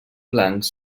blancs